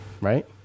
right